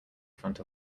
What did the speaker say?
front